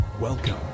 Welcome